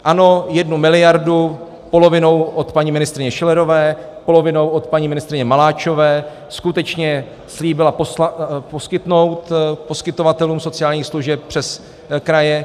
Ano, jednu miliardu, polovinou od paní ministryně Schillerové, polovinou od paní ministryně Maláčové, skutečně slíbila poskytnout poskytovatelům sociálních služeb přes kraje.